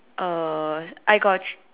uh I got thr~